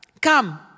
come